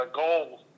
goals